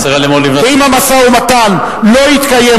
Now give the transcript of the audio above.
ואם המשא-ומתן לא יתקיים,